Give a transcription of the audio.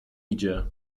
idzie